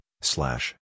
slash